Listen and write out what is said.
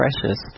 precious